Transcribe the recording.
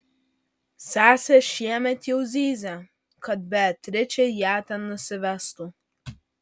sesė šiemet jau zyzė kad beatričė ją ten nusivestų